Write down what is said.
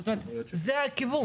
זאת אומרת, זה הכיוון.